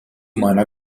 meiner